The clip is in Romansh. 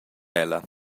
ella